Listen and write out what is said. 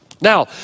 Now